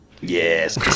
yes